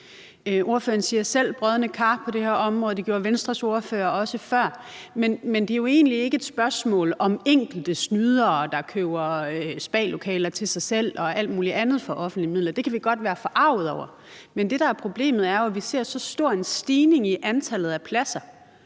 Ordføreren siger selv »brodne kar« på det her område, og det gjorde Venstres ordfører også før, men det er jo egentlig ikke et spørgsmål om enkelte snydere, der køber spalokaler til sig selv og alt muligt andet for offentlige midler. Det kan vi godt være forargede over, men det, der er problemet, er jo, at vi ser så stor en stigning i antallet af pladser,